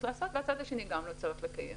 לעשות והצד השני גם לא צריך לקיים.